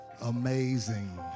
Amazing